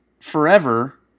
forever